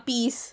आपीस